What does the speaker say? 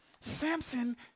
Samson